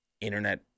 internet